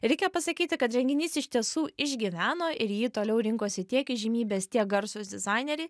reikia pasakyti kad renginys iš tiesų išgyveno ir į jį toliau rinkosi tiek įžymybės tiek garsūs dizaineriai